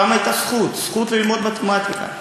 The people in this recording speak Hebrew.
שם הייתה זכות זכות ללמוד מתמטיקה.